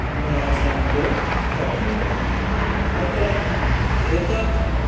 अभ्यासं तु करणीयं तत्र एतत्